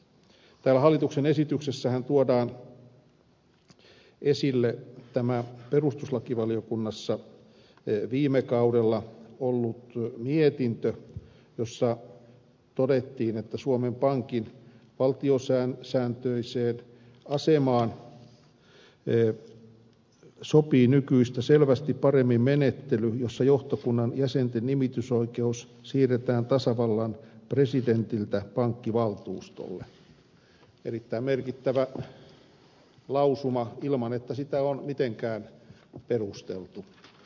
täällä hallituksen esityksessähän tuodaan esille tämä perustuslakivaliokunnassa viime kaudella ollut mietintö jossa todettiin että suomen pankin valtiosääntöiseen asemaan sopii nykyistä selvästi paremmin menettely jossa johtokunnan jäsenten nimitysoikeus siirretään tasavallan presidentiltä pankkivaltuustolle erittäin merkittävä lausuma ilman että sitä on mitenkään perusteltu